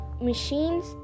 machines